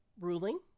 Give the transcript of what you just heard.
Ruling